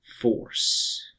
force